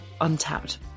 untapped